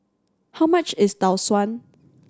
how much is Tau Suan